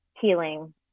healing